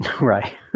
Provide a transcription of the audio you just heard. Right